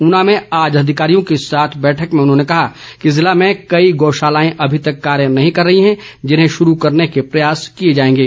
ऊना में आज अधिकारियों के साथ बैठक में उन्होंने कहा कि जिले में कई गौशालाएं अभी तक कार्य नहीं कर रही हैं जिन्हें शरू करने के प्रयास किए जाएगें